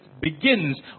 begins